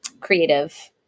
creative